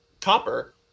Copper